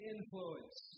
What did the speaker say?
Influence